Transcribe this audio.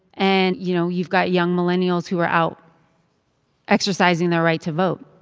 and, you know, you've got young millennials who are out exercising their right to vote.